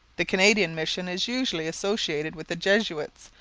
the canadian mission is usually associated with the jesuits,